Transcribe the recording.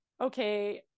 okay